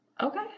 Okay